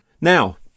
Now